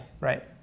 Right